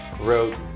wrote